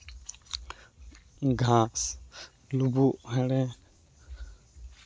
ᱜᱷᱟᱸᱥ ᱞᱩᱵᱩᱜ ᱦᱮᱲᱮ